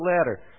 letter